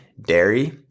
dairy